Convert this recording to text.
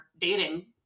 dating